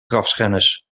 grafschennis